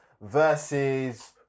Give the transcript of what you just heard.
versus